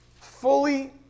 fully